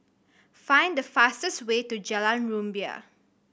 find the fastest way to Jalan Rumbia